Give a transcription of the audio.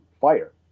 fire